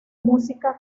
música